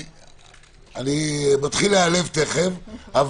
אני מתחיל להיעלב תכף.